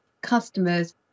customers